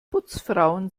putzfrauen